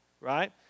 Right